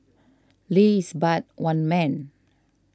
Lee is but one man